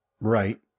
right